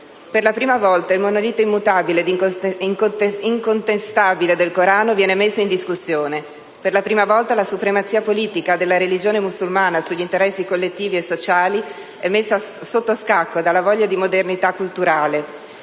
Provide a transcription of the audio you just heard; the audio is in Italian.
Per la prima volta il monolite immutabile ed incontestabile del Corano viene messo in discussione. Per la prima volta, la supremazia «politica» della religione musulmana sugli interessi collettivi e sociali è messa sotto scacco dalla voglia di modernità culturale.